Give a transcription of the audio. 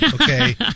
Okay